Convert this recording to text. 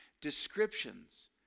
descriptions